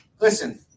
listen